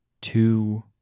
two